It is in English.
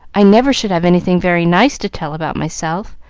i never should have anything very nice to tell about myself,